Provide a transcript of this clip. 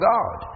God